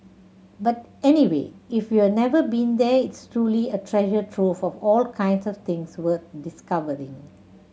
but anyway if you've never been there is truly a treasure trove of all kinds of things worth discovering